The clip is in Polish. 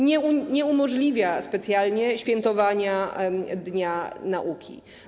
Nie umożliwia to specjalnie świętowania dnia nauki.